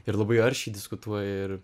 ir labai aršiai diskutuoja ir